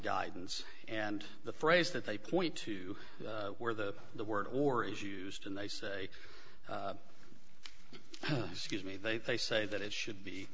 guidance and the phrase that they point to where the the word war is used and they say scuse me they say that it should be